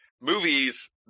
movies